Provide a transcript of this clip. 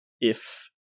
if-